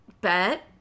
bet